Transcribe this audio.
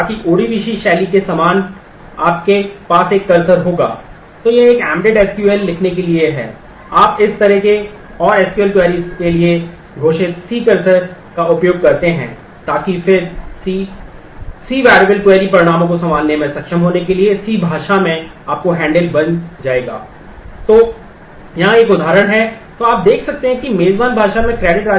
ODBC शैली के समान आपके पास एक कर्सर होगा